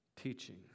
teaching